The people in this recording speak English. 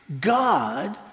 God